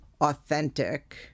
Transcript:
authentic